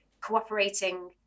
cooperating